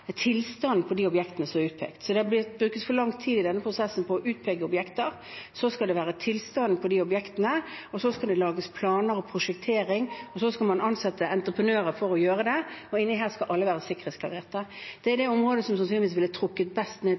tilstanden på de objektene som er utpekt. Det er blitt brukt for lang tid på å utpeke objekter i denne prosessen, så gjelder det tilstanden på de objektene, og så skal det lages planer og gjøres prosjektering, og så skal man ansette entreprenører for å gjøre det. Oppi alt dette skal alle være sikkerhetsklarert. Det er det området som sannsynligvis ville trukket ned